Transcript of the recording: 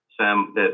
Sam